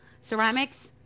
ceramics